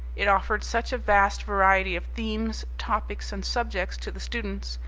it offered such a vast variety of themes, topics and subjects to the students,